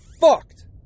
fucked